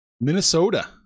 Minnesota